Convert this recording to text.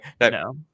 no